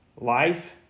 life